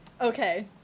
Okay